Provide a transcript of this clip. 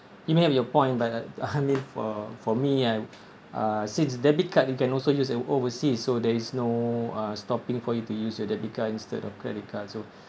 you may have your point but I mean for for me uh since debit card you can also use it overseas so there is no uh stopping for you to use your debit card instead of credit card so